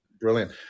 Brilliant